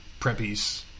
preppies